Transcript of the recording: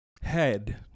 head